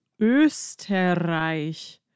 Österreich